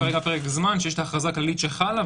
פה גם הגדרנו פרק זמן שיש את ההכרזה הכללית שחלה,